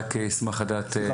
אני רק אשמח לדעת.